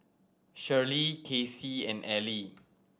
Shirlie Kacie and Ellie